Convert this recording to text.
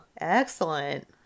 Excellent